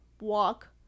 walk